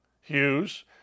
Hughes